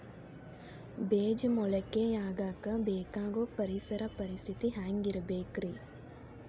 ಬೇಜ ಮೊಳಕೆಯಾಗಕ ಬೇಕಾಗೋ ಪರಿಸರ ಪರಿಸ್ಥಿತಿ ಹ್ಯಾಂಗಿರಬೇಕರೇ?